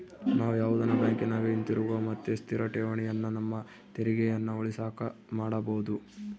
ನಾವು ಯಾವುದನ ಬ್ಯಾಂಕಿನಗ ಹಿತಿರುಗುವ ಮತ್ತೆ ಸ್ಥಿರ ಠೇವಣಿಯನ್ನ ನಮ್ಮ ತೆರಿಗೆಯನ್ನ ಉಳಿಸಕ ಮಾಡಬೊದು